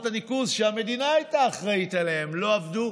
ניקוז שהמדינה הייתה אחראית להן לא עבדו.